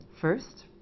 First